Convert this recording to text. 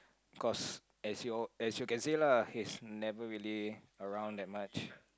cause as you all as you can say lah he's never really around that much